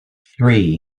three